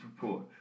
report